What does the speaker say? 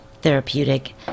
therapeutic